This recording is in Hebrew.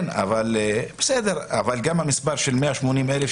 אבל גם המספר של 180,000,